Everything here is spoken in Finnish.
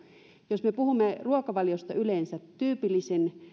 jos me puhumme ruokavaliosta yleensä ja tyypillisimmästä